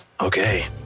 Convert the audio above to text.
Okay